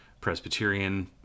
Presbyterian